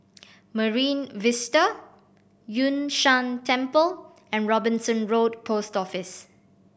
Marine Vista Yun Shan Temple and Robinson Road Post Office